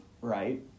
right